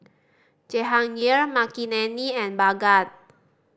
Jehangirr Makineni and Bhagat